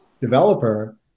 developer